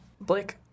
blake